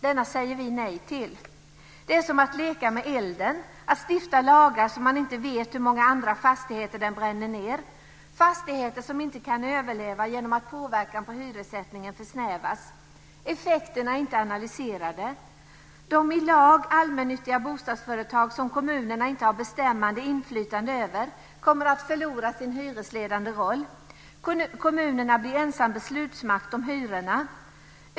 Denna säger vi nej till. Det är som att leka med elden, att stifta lagar som man inte vet hur många andra fastigheter de bränner ned, fastigheter som inte kan överleva genom att påverkan på hyressättningen försnävas. Effekterna är inte analyserade. De i lag allmännyttiga bostadsföretag som kommunerna inte har bestämmande inflytande över kommer att förlora sin hyresledande roll. Kommunerna blir ensam beslutsmakt om hyrorna.